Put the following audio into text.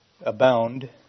abound